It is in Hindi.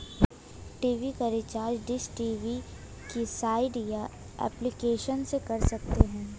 टी.वी का रिचार्ज डिश टी.वी की साइट या एप्लीकेशन से कर सकते है